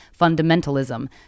fundamentalism